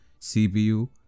cpu